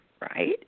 right